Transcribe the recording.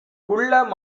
குள்ள